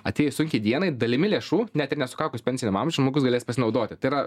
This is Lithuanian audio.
atėjus sunkiai dienai dalimi lėšų net ir nesukakus pensiniam amžiui žmogus galės pasinaudoti tai yra